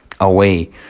away